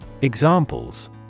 Examples